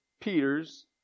Peter's